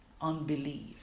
unbelief